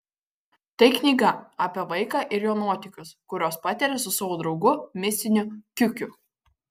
tai knyga apie vaiką ir jo nuotykius kuriuos patiria su savo draugu mistiniu kiukiu